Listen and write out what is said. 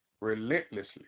relentlessly